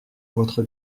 votre